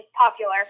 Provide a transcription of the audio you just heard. popular